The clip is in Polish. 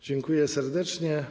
Dziękuję serdecznie.